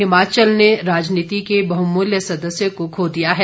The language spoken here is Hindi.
हिमाचल ने राजनीति के बहुमूल्य सदस्य को खो दिया है